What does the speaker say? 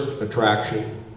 attraction